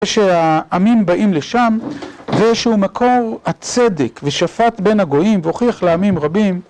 כשהעמים באים לשם, ושהוא מקור הצדק, ושפט בין הגויים והוכיח לעמים רבים